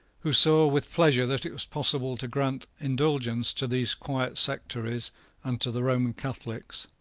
who saw with pleasure that it was possible to grant indulgence to these quiet sectaries and to the roman catholics,